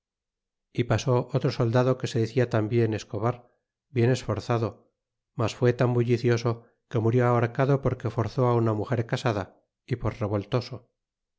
e pasó otro soldado que se decia tambien escobar pien esforzado mas fué tan bullicioso que murió ahorcado porque forzó á una muger ea sada y por